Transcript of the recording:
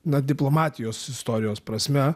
na diplomatijos istorijos prasme